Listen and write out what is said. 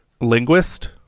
Linguist